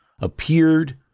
appeared